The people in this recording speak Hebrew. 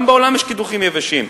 גם בעולם יש קידוחים יבשים,